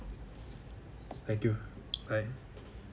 thank you bye